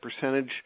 percentage